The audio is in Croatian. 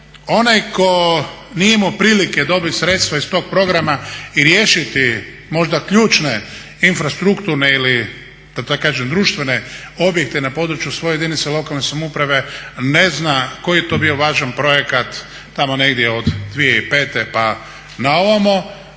Onaj tko nije imao prilike dobit sredstva iz tog programa i riješiti možda ključne infrastrukturne ili da tako kažem društvene objekte na području svoje jedinice lokalne samouprave ne zna koji je to bio važan projekat tamo negdje od 2005. pa na ovamo.